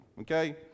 okay